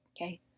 okay